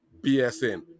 bsn